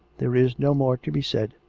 there is no more to be said.